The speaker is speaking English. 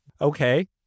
Okay